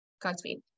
Godspeed